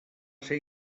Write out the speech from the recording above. ser